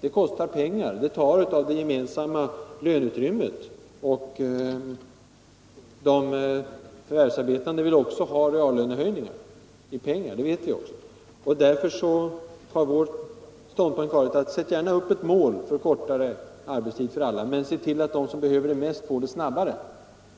Det kostar pengar, det tar av det gemensamma löneutrymmet. Vi vet ju att de förvärvsarbetande också vill ha reallönehöjning i pengar. Vår ståndpunkt har därför varit: Sätt gärna upp ett mål för kortare arbetstid för alla, men se till att de som behöver det mest får det snabbare.